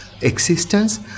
existence